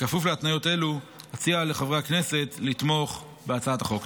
בכפוף להתניות אלו אציע לחברי הכנסת לתמוך בהצעת החוק.